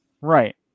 right